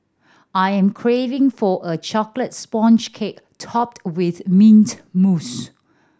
I am craving for a chocolate sponge cake topped with mint mousse